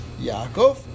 Yaakov